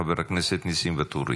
חברת הכנסת ניסים ואטורי.